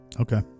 Okay